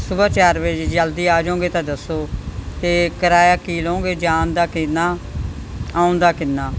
ਸੁਬਹਾ ਚਾਰ ਵਜੇ ਜਲਦੀ ਆ ਜਾਓਗੇ ਤਾਂ ਦੱਸੋ ਅਤੇ ਕਿਰਾਇਆ ਕੀ ਲਓਗੇ ਜਾਣ ਦਾ ਕਿੰਨਾ ਆਉਣ ਦਾ ਕਿੰਨਾ